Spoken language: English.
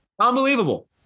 unbelievable